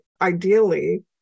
ideally